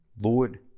Lord